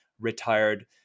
retired